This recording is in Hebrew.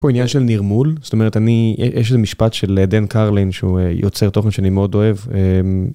יש פה עניין של נרמול זאת אומרת אני יש איזה משפט של דן קרלין שהוא יוצר תוכן שאני מאוד אוהב.